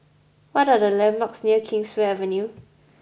what are the landmarks near Kingswear Avenue